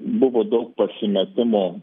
buvo daug pasimetimo